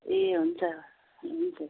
ए हुन्छ हुन्छ